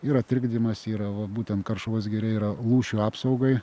yra trikdymas yra va būtent karšuvos giria yra lūšių apsaugai